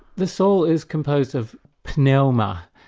the soul is composed of pnelma,